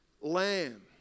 Lamb